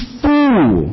fool